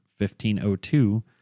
1502